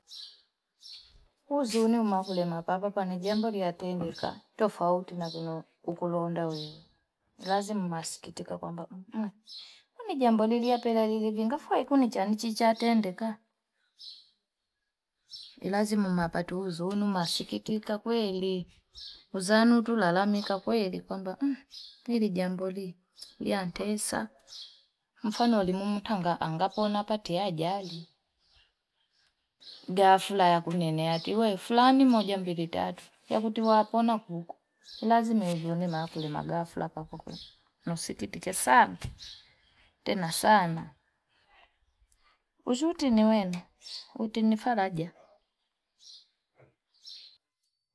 uziunulie maapapa pa ni jambo la letendeka tofauti na vino ukulona wewe lazima masikitike kwamba mmm kwani jambo lilapeleleia ngafue kuni chanchi cha tendeka ilazima napate uzunu masikitika kweli kuzanu tu lala mika kweli kwamba mmh! ilijambo li yantesa mfano walilumtanga angapona patia ajali. Gafla ya kunyene ati, we, fulani moja mbiri tatu, ya kutivu hapona kuku. Lazimi uzoni makule mga gafla pako kwenye. Nusikitike sana. Tena sana. Uzuti niwenu. Uti nifaraja.